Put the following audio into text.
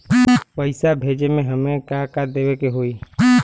पैसा भेजे में हमे का का देवे के होई?